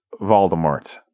Voldemort